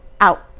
out